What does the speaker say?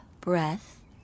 breath